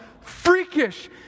freakish